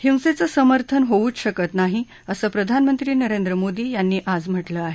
हिंसेचं समर्थन होऊच शकत नाही असं प्रधानमंत्री नरेंद्र मोदी यांनी म्हटलं आहे